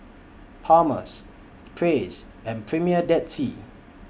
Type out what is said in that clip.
Palmer's Praise and Premier Dead Sea